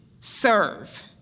serve